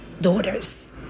daughters